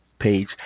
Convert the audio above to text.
page